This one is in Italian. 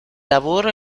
lavoro